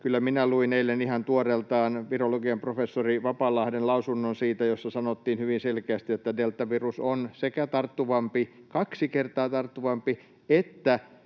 minä luin eilen ihan tuoreeltaan virologian professori Vapalahden lausunnon, jossa sanottiin hyvin selkeästi, että deltavirus on sekä tarttuvampi,